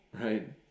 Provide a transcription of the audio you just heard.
right